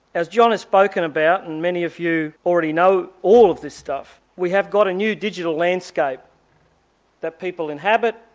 as john has spoken about, and many of you already know all of this stuff, we have got a new digital landscape that people inhabit,